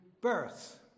birth